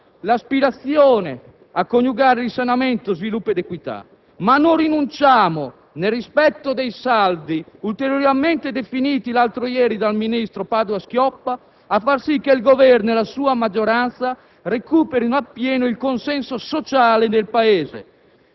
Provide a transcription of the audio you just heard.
l'aspirazione a coniugare risanamento, sviluppo ed equità, ma non rinunciamo, nel rispetto dei saldi ulteriormente definiti l'altro ieri dal ministro Padoa-Schioppa, a far sì che il Governo e la sua maggioranza recuperino a pieno il consenso sociale del Paese,